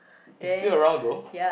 it's still around though